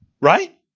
Right